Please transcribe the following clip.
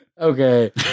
Okay